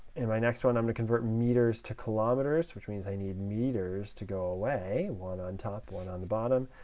in my next one, i'm to convert meters to kilometers, which means i need meters to go away, one on top, one on the bottom.